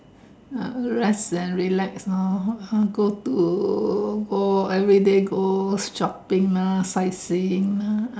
uh rest and relax lor go to go everyday go shopping lah sight seeing lah